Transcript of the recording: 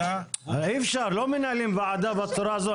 אי-אפשר לא מנהלים בוועדה בצורה הזאת.